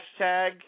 hashtag